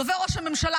דובר ראש הממשלה,